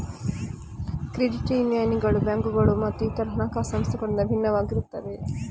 credit ಯೂನಿಯನ್ಗಳು ಬ್ಯಾಂಕುಗಳು ಮತ್ತು ಇತರ ಹಣಕಾಸು ಸಂಸ್ಥೆಗಳಿಂದ ಭಿನ್ನವಾಗಿರುತ್ತವೆ